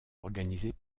organisées